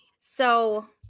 So-